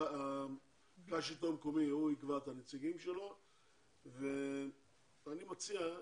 מרכז השלטון המקומי יקבע את הנציגים שלו ואני מציע,